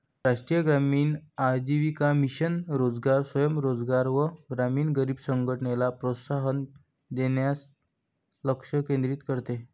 राष्ट्रीय ग्रामीण आजीविका मिशन योजना स्वयं रोजगार व ग्रामीण गरीब संघटनला प्रोत्साहन देण्यास लक्ष केंद्रित करते